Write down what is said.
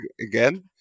again